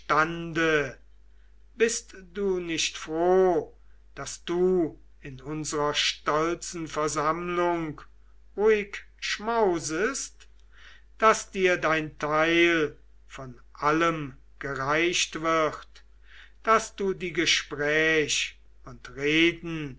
bist du nicht froh daß du in unserer stolzen versammlung ruhig schmausest daß dir dein teil von allem gereicht wird und daß du die gespräch und reden